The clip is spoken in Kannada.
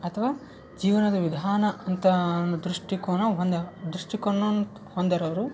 ಅಥ್ವಾ ಜೀವನದ ವಿಧಾನ ಅಂಥ ದೃಷ್ಟಿಕೋನ ಹೊಂದ್ಯಾವ ದೃಷ್ಟಿಕೋನಂತ ಹೊಂದ್ಯಾರ ಅವರು